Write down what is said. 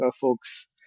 folks